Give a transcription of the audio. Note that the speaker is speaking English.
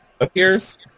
appears